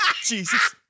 Jesus